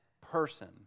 person